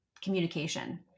communication